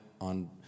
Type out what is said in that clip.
on